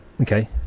Okay